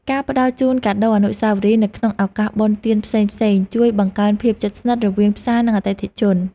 ការផ្ដល់ជូនកាដូអនុស្សាវរីយ៍នៅក្នុងឱកាសបុណ្យទានផ្សេងៗជួយបង្កើនភាពជិតស្និទ្ធរវាងផ្សារនិងអតិថិជន។